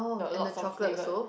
the lots of flavour